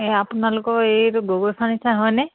এই আপোনালোকৰ এইটো গগৈ ফাৰ্ণিচাৰ হয়নে